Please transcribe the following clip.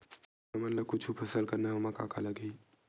हमन ला कुछु फसल करना हे ओमा का का लगही?